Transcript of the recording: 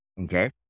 Okay